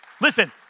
Listen